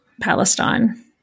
Palestine